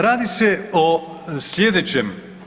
Radi se o slijedećem.